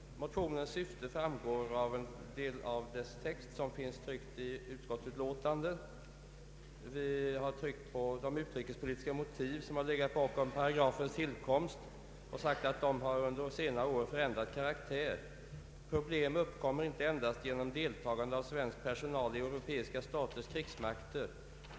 Motionernas syfte framgår av den del av dess text som finns tryckt i utskottsutlåtandet. Vi har bl.a. anfört: ”De utrikespolitiska motiv som legat bakom paragrafens tillkomst har under senare år förändrat karaktär. Problem uppkommer inte endast genom deltagande av svensk personal i europeiska staters krigsmakter.